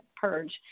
purge